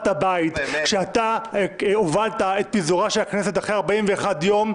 הבית כשאתה הובלת את פיזורה של הכנסת אחרי 41 יום,